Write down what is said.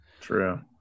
True